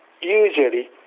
usually